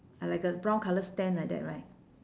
uh like a brown colour stand like that right